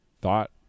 thought